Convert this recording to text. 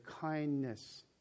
kindness